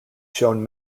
shown